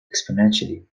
exponentially